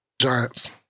Giants